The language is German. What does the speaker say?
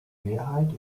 mehrheit